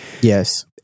Yes